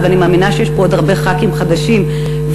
אני מאמינה שיש פה עוד הרבה חברי כנסת חדשים ואחרים,